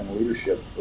leadership